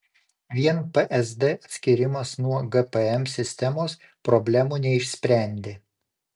vien psd atskyrimas nuo gpm sistemos problemų neišsprendė